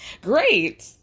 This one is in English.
great